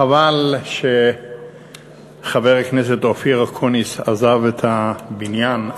חבל שחבר הכנסת אופיר אקוניס עזב את הבניין,